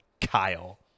Kyle